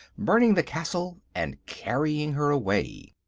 burning the castle, and carrying her away.